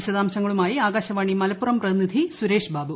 വിശദാംശങ്ങളുമായി ആകാശവാണി മലപ്പുറം പ്രതിനിധി സുരേഷ് ബാബു